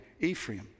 Ephraim